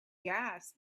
gas